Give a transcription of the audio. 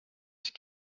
ich